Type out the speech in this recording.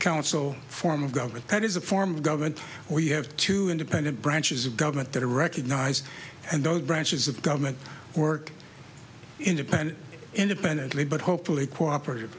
council form of government that is a form of government we have two independent branches of government that are recognised and those branches of government work independent independently but hopefully cooperated